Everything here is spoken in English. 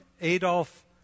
Adolf